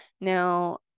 Now